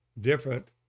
different